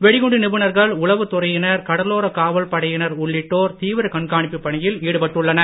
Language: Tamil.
வெடிகுண்டு நிபுனர்கள் உளவுத்துறையினர் கடலோர காவல்படையினர் ஆகியோர் தீவிர கண்காணிப்பு பணியில் ஈடுபட்டுள்ளனர்